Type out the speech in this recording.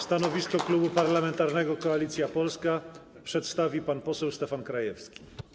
Stanowisko Klubu Parlamentarnego Koalicja Polska przedstawi pan poseł Stefan Krajewski.